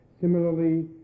Similarly